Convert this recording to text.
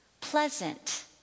pleasant